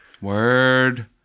Word